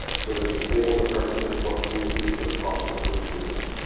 so there's a table that represents what to do with each of those possible first units.